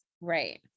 Right